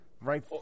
Right